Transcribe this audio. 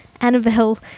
Annabelle